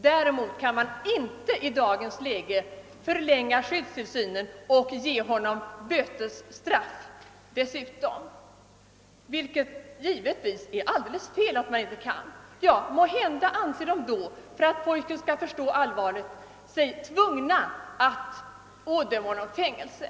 Däremot kan man inte i dagens läge förlänga skyddstillsynen och ge honom bötesstraff dessutom, vilket givetvis är alldeles felaktigt att man inte kan göra. För att pojken skall förstå allvaret, anser sig domstolen då måhända tvungen att ådöma honom fängelse.